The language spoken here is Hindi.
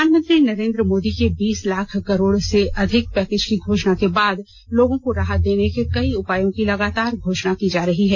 प्रधानमंत्री नरेंद्र मोदी के बीस लाख करोड़ रुपये के आर्थिक पैकेज की घोषणा के बाद लोगों को राहत देने के कई उपायों की लगातार घोषणा की जा रही है